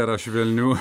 yra švelnių